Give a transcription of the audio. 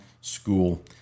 school